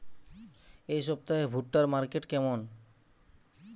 এই সপ্তাহে ভুট্টার মার্কেট কেমন?